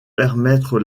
permettre